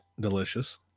delicious